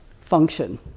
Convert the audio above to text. function